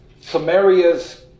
Samaria's